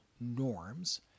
norms